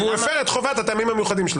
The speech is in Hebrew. אבל אין טעמים מיוחדים.